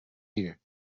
here